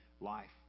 life